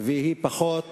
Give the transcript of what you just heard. והיא פחות